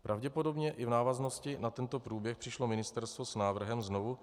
Pravděpodobně i v návaznosti na tento průběh přišlo ministerstvo s návrhem znovu.